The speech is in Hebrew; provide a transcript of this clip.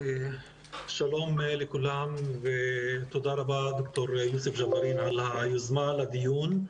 שלום לכולם ותודה רבה ד"ר יוסף ג'בארין על היוזמה לדיון.